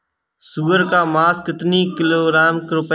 सुअर का मांस कितनी रुपय किलोग्राम मिल सकता है?